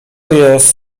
jest